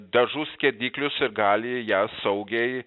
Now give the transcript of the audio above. dažus skiediklius ir gali jas saugiai